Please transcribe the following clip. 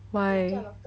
why